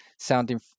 sounding